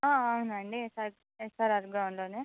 అవునండి SR SRR గ్రౌండ్లోనే